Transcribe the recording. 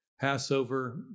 Passover